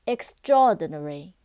Extraordinary